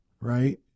right